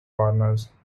corners